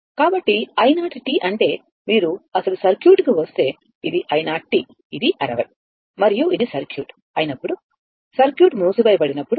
కాబట్టి i 0అంటే మీరు అసలు సర్క్యూట్కు వస్తే ఇది i 0 ఇది 60 మరియు ఇది సర్క్యూట్ అయినప్పుడు సర్క్యూట్ మూసివేయబడినప్పుడు